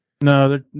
No